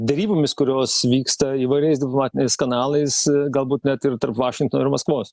derybomis kurios vyksta įvairiais diplomatiniais kanalais galbūt net ir tarp vašingtono ir maskvos